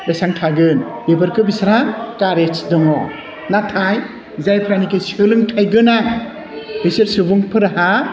बेसेबां थागोन बिफोरखौ बिस्रा कारेज दङ नाथाय जायफ्रानाखि सोलोंथाइ गोनां बिसोर सुबुंफोरहा